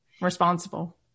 responsible